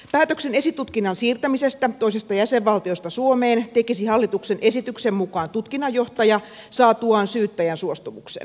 päätöksen esitutkinnan siirtämisestä toisesta jäsenvaltiosta suomeen tekisi hallituksen esityksen mukaan tutkinnanjohtaja saatuaan syyttäjän suostumuksen